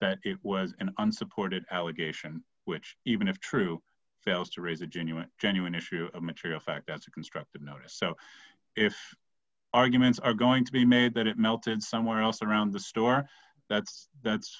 that it was an unsupported allegation which even if true fails to raise a genuine genuine issue of material fact that's a constructive notice so if arguments are going to be made that it melted somewhere else around the store that's that's